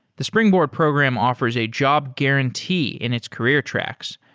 the springboard program offers a job guarantee in its career tracks,